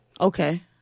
Okay